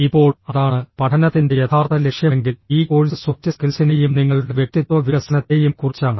ഇപ്പോൾ അതാണ് പഠനത്തിന്റെ യഥാർത്ഥ ലക്ഷ്യമെങ്കിൽ ഈ കോഴ്സ് സോഫ്റ്റ് സ്കിൽസിനെയും നിങ്ങളുടെ വ്യക്തിത്വ വികസനത്തെയും കുറിച്ചാണ്